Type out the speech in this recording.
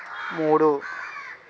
మూడు